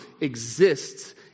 exists